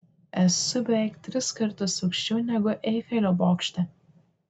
esu beveik tris kartus aukščiau negu eifelio bokšte